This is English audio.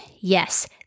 Yes